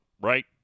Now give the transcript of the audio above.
right